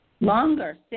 Longer